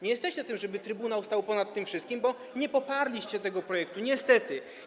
Nie jesteście za tym, żeby trybunał stał ponad tym wszystkim, bo nie poparliście tego projektu, niestety.